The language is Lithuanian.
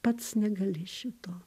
pats negali šito